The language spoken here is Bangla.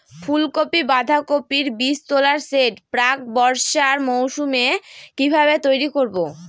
ফুলকপি বাধাকপির বীজতলার সেট প্রাক বর্ষার মৌসুমে কিভাবে তৈরি করব?